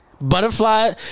Butterfly